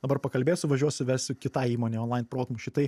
dabar pakalbėsiu važiuosiu vesiu kitai įmonei onlain protmūšį tai